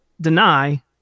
deny